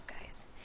guys